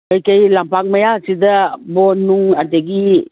ꯀꯔꯤ ꯀꯔꯤ ꯂꯝꯄꯥꯛ ꯃꯌꯥꯁꯤꯗ ꯕꯣꯟꯅꯨꯡ ꯑꯗꯒꯤ